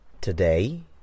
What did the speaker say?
Today